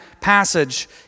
passage